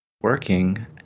working